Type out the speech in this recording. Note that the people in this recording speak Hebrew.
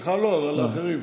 לך לא, אבל לאחרים.